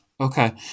Okay